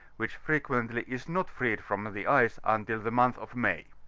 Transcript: which frequently is not freed from the ice until the month of may.